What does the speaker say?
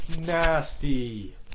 nasty